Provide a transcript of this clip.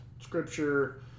scripture